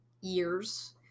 years